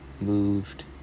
moved